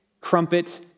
Crumpet